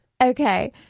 Okay